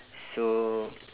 so